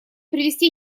привести